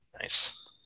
nice